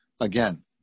again